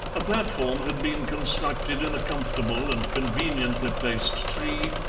a platform had been constructed in a comfortable and conveniently placed tree,